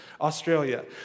Australia